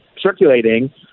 circulating